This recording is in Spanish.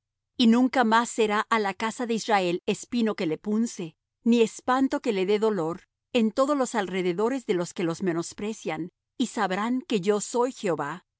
y nunca más será á la casa de israel espino que le punce ni espanto que le dé dolor en todos los alrededores de los que los menosprecian y sabrán que yo soy jehová